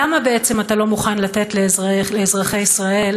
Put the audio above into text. למה בעצם אתה לא מוכן לתת לאזרחי ישראל